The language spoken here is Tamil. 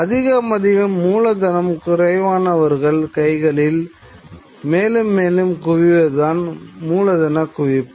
அதிகமதிகம் மூலதனம் குறைவானவார்கள் கைகளில் மேலும் மேலும் குவிவதுதான் மூலதனக் குவிப்பு